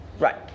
right